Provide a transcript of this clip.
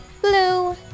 blue